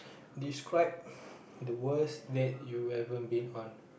describe the worst date you even been on